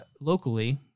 locally